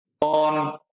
on